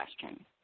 question